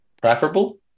preferable